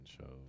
shows